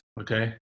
okay